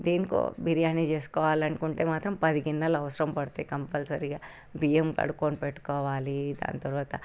దేనికో బిర్యాని చేసుకోవాలనుకుంటే మాత్రం పది గిన్నెలు అవసరం పడతాయి కంపల్సరిగా బియ్యం కడుక్కుని పెట్టుకోవాలి దాని తర్వాత